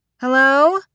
Hello